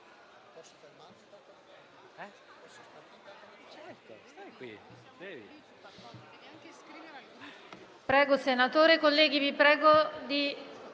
Grazie,